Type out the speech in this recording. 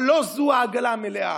אבל לא זו העגלה המלאה.